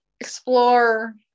explore